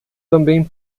também